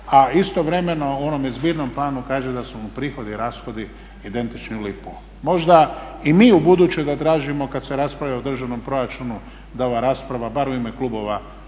a istovremeno u onome zbirnom planu kaže da su mu prihodi i rashodi identični u lipu. Možda i mi ubuduće da tražimo kada se raspravlja o državnom proračunu da ova rasprava bar u ime klubova